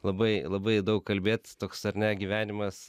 labai labai daug kalbėt toks ar ne gyvenimas